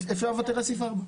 אפשר לוותר על סעיף (4).